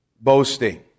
boasting